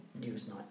Newsnight